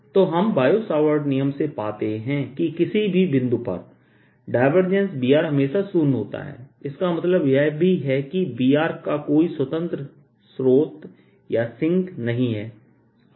0 Br0 तो हम Biot Savart नियम से पाते हैं कि किसी भी बिंदु पर Br हमेशा शून्य होता है इसका मतलब यह भी है कि Brका कोई स्वतंत्र स्रोत या सिंक नहीं हैं